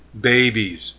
babies